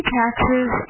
taxes